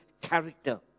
character